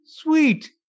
Sweet